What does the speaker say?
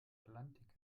atlantik